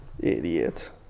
Idiot